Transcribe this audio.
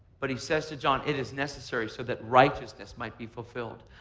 but he says to john it is necessary so that righteousness might be fulfilled.